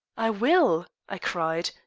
i will, i cried,